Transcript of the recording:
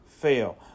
fail